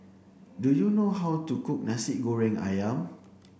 do you know how to cook Nasi Goreng Ayam